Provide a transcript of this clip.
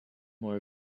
more